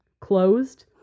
closed